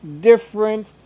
different